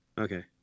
Okay